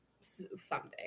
someday